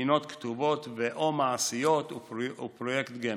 בחינות כתובות ו/או מעשיות ופרויקט גמר.